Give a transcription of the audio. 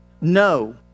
No